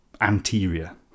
anterior